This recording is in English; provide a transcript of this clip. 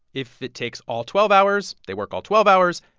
if it takes all twelve hours, they work all twelve hours,